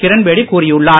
கிரண்பேடி கூறியுள்ளார்